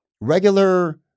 regular